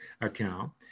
account